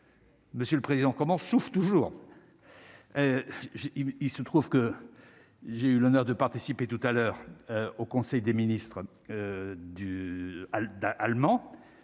Monsieur le président, comment souffrent toujours. Il se trouve que j'ai eu l'honneur de participer tout à l'heure au conseil des ministres du